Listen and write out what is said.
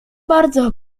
bardzo